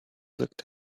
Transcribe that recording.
looked